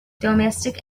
domestic